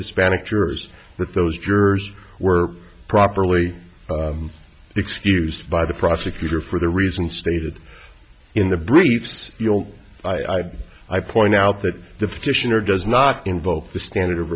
hispanic jurors but those jurors were properly excused by the prosecutor for the reasons stated in the briefs you'll i point out that deficient or does not involve the standard of